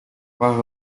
par